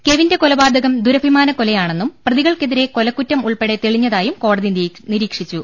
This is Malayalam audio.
കെവിന്റെ കൊലപാതകം ദുരഭിമാനക്കൊലയാണെന്നും പ്രതികൾക്കെതിരെ കൊലക്കുറ്റും ഉൾപ്പെടെ തെളിഞ്ഞതായും കോടതി നിരീക്ഷിച്ചു